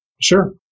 Sure